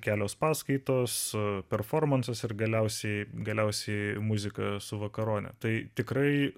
kelios paskaitos performansas ir galiausiai galiausiai muzika su vakarone tai tikrai